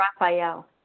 Raphael